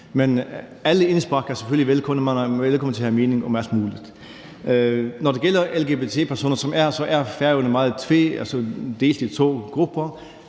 Men alle indspark er selvfølgelig velkomne, og man er velkommen til at have en mening om alt muligt. Når det gælder lgbti-personer, er Færøerne meget delt i to grupper.